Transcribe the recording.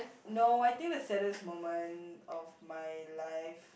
no I think the saddest moment of my life